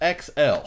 XL